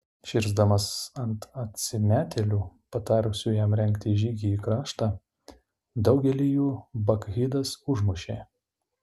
širsdamas ant atsimetėlių patarusių jam rengti žygį į kraštą daugelį jų bakchidas užmušė